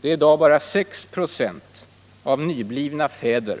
Det är i dag bara 6 96 av nyblivna fäder